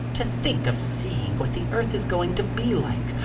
to think of seeing what the earth is going to be like,